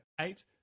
eight